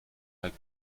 like